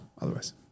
otherwise